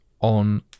On